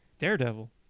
daredevil